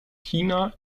china